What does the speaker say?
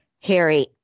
Harry